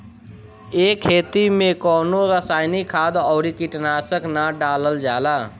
ए खेती में कवनो रासायनिक खाद अउरी कीटनाशक ना डालल जाला